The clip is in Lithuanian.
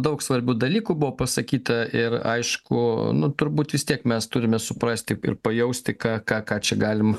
daug svarbių dalykų buvo pasakyta ir aišku nu turbūt vis tiek mes turime suprasti ir pajausti ką ką ką čia galim